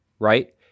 right